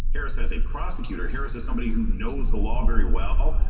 harris as a prosecutor, harris is somebody who knows the law very well.